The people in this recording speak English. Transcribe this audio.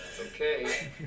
okay